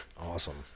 Awesome